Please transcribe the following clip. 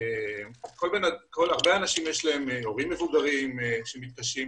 להרבה אנשים יש הורים מבוגרים שמתקשים.